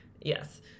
Yes